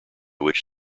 which